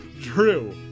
True